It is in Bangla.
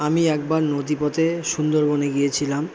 আমি একবার নদীপথে সুন্দরবনে গিয়েছিলাম